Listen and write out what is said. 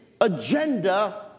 agenda